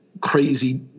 crazy